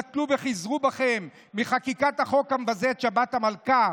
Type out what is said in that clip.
בטלו וחזרו בכם מחקיקת החוק המבזה את שבת המלכה,